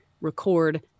record